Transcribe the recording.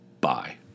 Bye